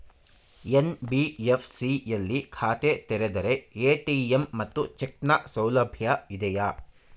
NBFC ಯಲ್ಲಿ ಖಾತೆ ತೆರೆದರೆ ಎ.ಟಿ.ಎಂ ಮತ್ತು ಚೆಕ್ ನ ಸೌಲಭ್ಯ ಇದೆಯಾ?